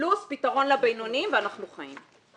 פלוס פתרון לבינוניים ואנחנו חיים.